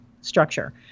structure